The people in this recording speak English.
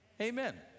Amen